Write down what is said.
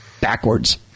Backwards